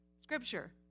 Scripture